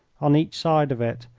on each side of it,